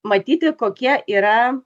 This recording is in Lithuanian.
matyti kokie yra